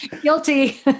guilty